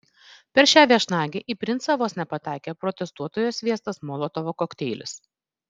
per šią viešnagę į princą vos nepataikė protestuotojo sviestas molotovo kokteilis